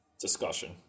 discussion